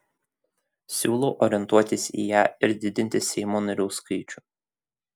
siūlau orientuotis į ją ir didinti seimo narių skaičių